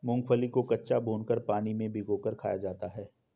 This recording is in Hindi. मूंगफली को कच्चा, भूनकर, पानी में भिगोकर खाया जाता है